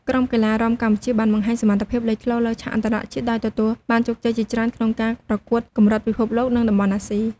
ក្រុមកីឡារាំកម្ពុជាបានបង្ហាញសមត្ថភាពលេចធ្លោលើឆាកអន្តរជាតិដោយទទួលបានជោគជ័យជាច្រើនក្នុងការប្រកួតកម្រិតពិភពលោក និងតំបន់អាស៊ី។